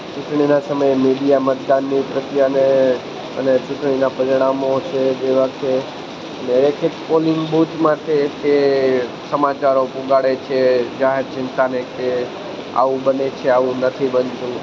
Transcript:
ચૂંટણીના સમય મીડિયા મતદાનની પ્રક્રિયાને અને ચૂંટણીના પરિણામો છે જેવા કે અને એક એક પોલિંગ બુથ માટે એકે સમાચારો પહોંચાડે છે જાહેર જનતાને કે આવું બને છે આવું નથી બનતું